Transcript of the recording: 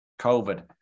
COVID